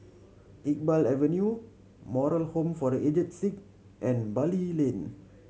Iqbal Avenue Moral Home for The Aged Sick and Bali Lane